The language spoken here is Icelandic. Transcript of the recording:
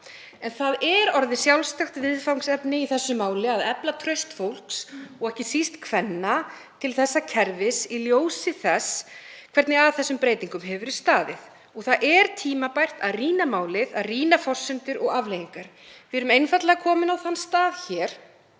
En það er orðið sjálfstætt viðfangsefni í þessu máli að efla traust fólks og ekki síst kvenna til þessa kerfis í ljósi þess hvernig að þessum breytingum hefur verið staðið. Það er tímabært að rýna málið, að rýna forsendur og afleiðingar. Við erum einfaldlega komin á þann stað að